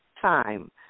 time